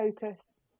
focus